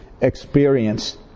experience